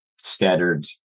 standard